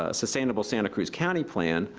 ah sustainable santa cruz county plan,